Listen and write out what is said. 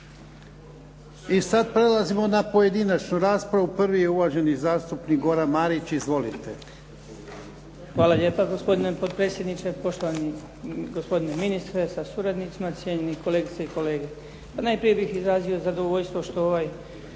I sada prelazimo na pojedinačnu raspravu. Prvi je uvaženi zastupnik Goran Marić. Izvolite. **Marić, Goran (HDZ)** Hvala lijepa gospodine potpredsjedniče. Poštovani gospodine ministre sa suradnicima, cijenjeni kolegice i kolege. Pa najprije bih izrazio zadovoljstvo što ovaj